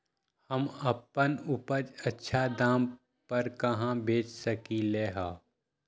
हम अपन उपज अच्छा दाम पर कहाँ बेच सकीले ह?